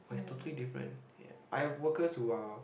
but it's totally different I have workers who are